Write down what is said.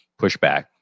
pushback